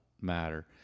matter